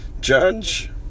judge